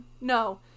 no